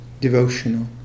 devotional